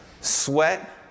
sweat